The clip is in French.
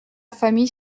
famille